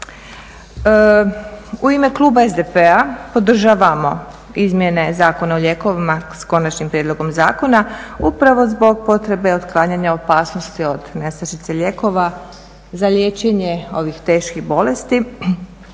U ime kluba SDP-a podržavamo izmjene Zakona o lijekovima s konačnim prijedlogom zakona upravo zbog potrebe otklanjanja opasnosti od nestašice lijekova, za liječenje ovih teških bolesti